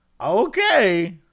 Okay